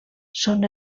són